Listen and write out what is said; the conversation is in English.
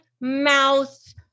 mouth